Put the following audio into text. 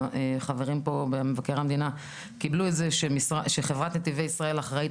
והחברים פה במבקר המדינה קיבלו את זה שחברת נתיבי ישראל אחראית